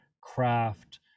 craft